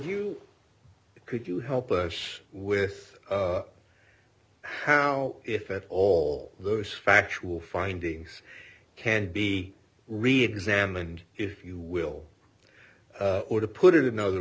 you could you help us with how if at all those factual findings can be reexamined if you will or to put it another